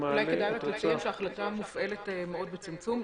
שההחלטה מופעלת מאוד בצמצום.